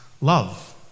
love